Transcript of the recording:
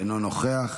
אינו נוכח,